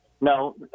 No